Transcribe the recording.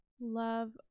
love